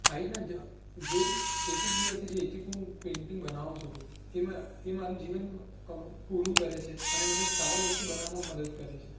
આવી રીતના જે એક એક દિવસે જે એક એક હું પેઇન્ટિંગ બનાવું છું એમાં એ મારું જીવન પૂરું કરે છે અને મને એક સારો વ્યક્તિ બનાવવામા મદદ કરે છે